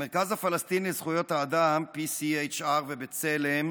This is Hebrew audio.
המרכז הפלסטיני לזכויות האדם PCHR, עם בצלם,